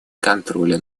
контроля